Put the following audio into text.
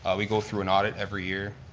ah we go through an audit every year.